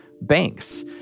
banks